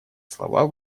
слова